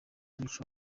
mico